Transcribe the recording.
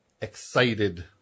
excited